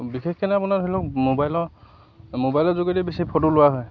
বিশেষকৈ আপোনাৰ ধৰি লওক মোবাইলৰ মোবাইলৰ যোগেদি বেছি ফটো লোৱা হয়